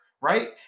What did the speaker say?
right